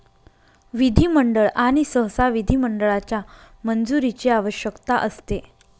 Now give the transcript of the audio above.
विधिमंडळ आणि सहसा विधिमंडळाच्या मंजुरीची आवश्यकता असते